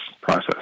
process